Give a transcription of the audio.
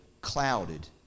clouded